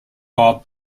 bob